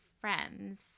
friends